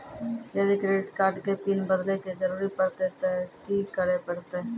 यदि credit card के pin बदले के जरूरी परतै ते की करे परतै?